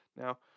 now